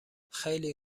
خیلی